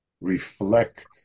reflect